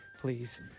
please